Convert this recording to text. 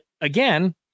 again